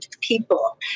people